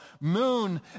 moon